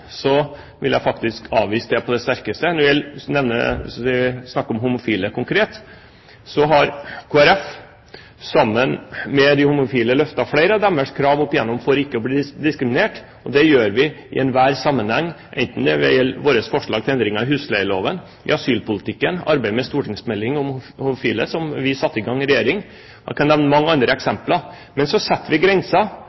så sies at man ikke lytter til dem som blir diskriminert, vil jeg avvise det på det sterkeste. Når vi snakker om homofile konkret, har Kristelig Folkeparti sammen med dem opp igjennom tiden løftet fram flere av deres krav om ikke å bli diskriminert. Det gjør vi i enhver sammenheng, enten det gjelder våre forslag til endringer i husleieloven, det gjelder asylpolitikken, eller det gjelder arbeidet med en stortingsmelding om homofile som vi satte i gang da vi var i regjering. Jeg kan nevne